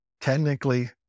technically